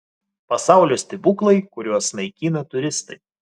pasaulio stebuklai kuriuos naikina turistai